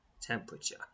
temperature